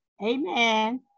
Amen